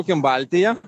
išsaugokim baltija